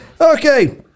okay